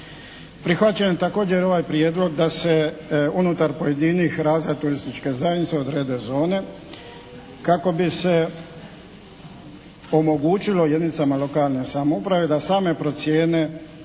Prihvaćen je također ovaj prijedlog da se unutar pojedinih razreda turističke zajednice odrede zone kako bi se omogućilo jedinicama lokalne samouprave da sam procijene